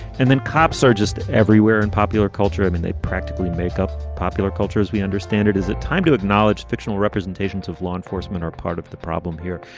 and then cops are just everywhere in popular culture. i mean, they practically make up popular culture. as we understand, it is a time to acknowledge fictional representations of law enforcement are part of the problem here.